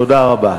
תודה רבה.